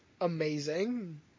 amazing